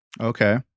Okay